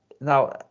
now